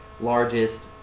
largest